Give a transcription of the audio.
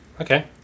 Okay